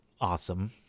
awesome